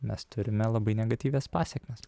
mes turime labai negatyvias pasėkmes